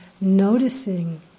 noticing